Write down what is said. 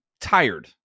tired